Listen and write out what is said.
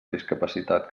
discapacitat